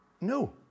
no